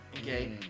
okay